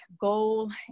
goal